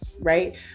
right